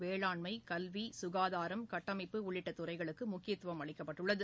வேளாண்ம கல்வி க்காதாரம் கட்டமைப்பு உள்ளிட்ட துறைகளுக்கு முக்கியத்துவம் அளிக்கப்பட்டுள்ளது